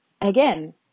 again